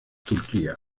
turquía